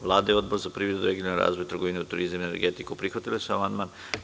Vlada i Odbor za privredu i regionalni razvoj, trgovinu, turizam i energetiku prihvatili su amandman.